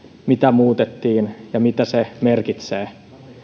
mitä muutettiin ja mitä se merkitsee